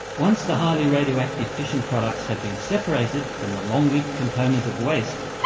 once the highly radioactive fission products have been separated from the long-lived component of wastes,